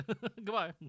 Goodbye